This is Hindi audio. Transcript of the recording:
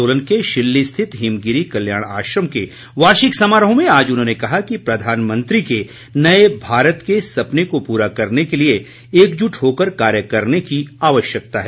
सोलन के शिल्ली स्थित हिमगिरी कल्याण आश्रम के वार्षिक समारोह में आज उन्होंने कहा कि प्रधानमंत्री के नए भारत के सपने को पूरा करने के लिए एकजूट होकर कार्य करने की आवश्यकता है